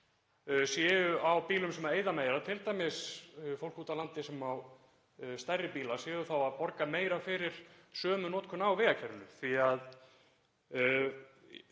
eru á bílum sem eyða meira, t.d. að fólk úti á landi sem á stærri bíla sé þá að borga meira fyrir sömu notkun á vegakerfinu?